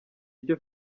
icyo